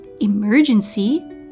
emergency